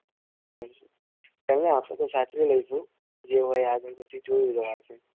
બરાબર છે અહીંયા આપણે તો સાચવી લઈશું જે હોય એ આગળ પછી જોયું જવાશે